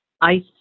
ice